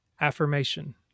Affirmation